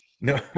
No